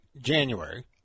January